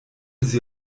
sie